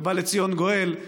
ובא לציון גואל,